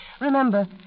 Remember